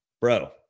Bro